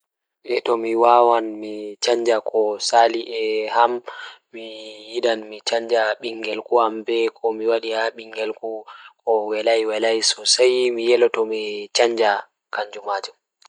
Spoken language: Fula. Ehtoh mi wawan mi canja ko Sali So tawii miɗo waawi weettude kala huunde ngal yeeso am, mi waɗataa njilli ɗuum ngoni waɗi ko mi waɗataa heɓde seedo moƴƴere ngam yahde e laawol ngam ɓandu-ɓandu ngal yeeso. Miɗo waɗataa rewnde nde mi waɗataa ndum waɗi heddii no ɗofngo nguurndam ngal fowru.